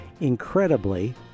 Incredibly